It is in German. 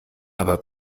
aber